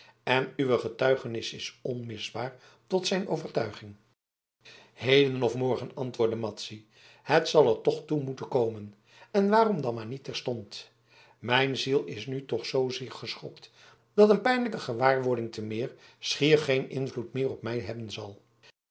en uwe getuigenis is onmisbaar tot zijn overtuiging heden of morgen antwoordde madzy het zal er toch toe moeten komen en waarom dan maar niet terstond mijn ziel is nu toch zoozeer geschokt dat een pijnlijke gewaarwording te meer schier geen invloed meer op mij hebben zal